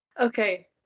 Okay